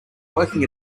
working